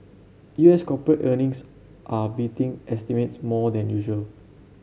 U S corporate earnings are beating estimates more than usual